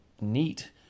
neat